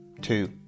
two